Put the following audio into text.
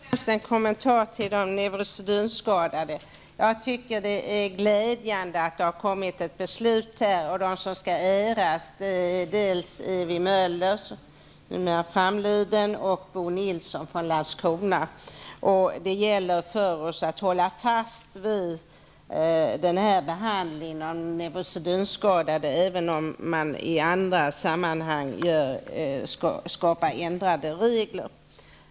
Herr talman! Först och främst en kommentar till de neurosedynskadades rätt. Jag tycker att det är glädjande att vi nu kan fatta ett beslut. Äras skall Evy Möller, numera framliden, dels Bo Nilsson från Landskrona. Det gäller för oss att hålla fast vid denna behandling av neurosedynskadade, även om vi i andra sammanhang ändrar reglerna.